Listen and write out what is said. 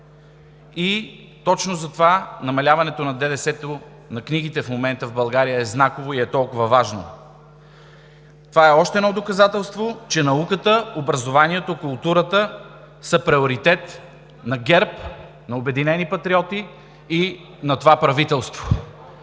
и точно затова намаляването на ДДС-то върху книгите в момента в България е знаково и е толкова важно. Това е още едно доказателство, че науката, образованието, културата са приоритет на ГЕРБ, на „Обединени патриоти“ и на това правителство,